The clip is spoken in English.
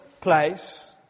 place